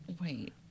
Wait